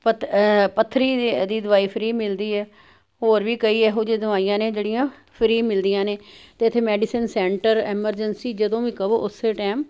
ਪਤ ਪੱਥਰੀ ਦੀ ਦਵਾਈ ਫ੍ਰੀ ਮਿਲਦੀ ਐ ਹੋਰ ਵੀ ਕਈ ਐਹੋ ਜਿਹੀਆਂ ਦਵਾਈਆਂ ਨੇ ਜਿਹੜੀਆਂ ਫ੍ਰੀ ਮਿਲਦੀਆਂ ਨੇ ਤੇ ਇੱਥੇ ਮੈਡੀਸਨ ਸੈਂਟਰ ਐਮਰਜੰਸੀ ਜਦੋਂ ਵੀ ਕਵੋ ਓਸੇ ਟੈਮ